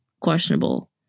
questionable